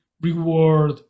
reward